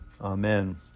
Amen